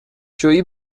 جویی